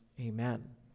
amen